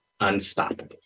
unstoppable